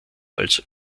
als